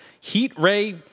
heat-ray